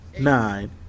nine